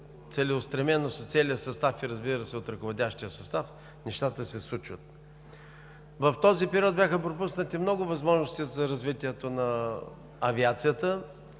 целеустременост на целия състав и, разбира се, от ръководещия състав, нещата се случват. В този период бяха пропуснати много възможности за развитието на авиацията.